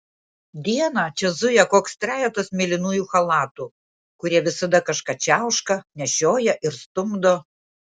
dieną čia zuja koks trejetas mėlynųjų chalatų kurie visada kažką čiauška nešioja ir stumdo